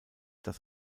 das